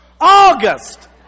August